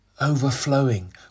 overflowing